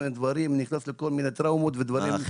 נכנס לכל מיני טראומות ודברים כאלה.